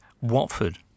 Watford